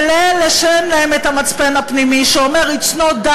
ולאלה שאין להם את המצפן הפנימי שאומר it's not done